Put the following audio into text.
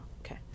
okay